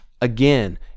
Again